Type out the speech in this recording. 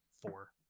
four